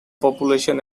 population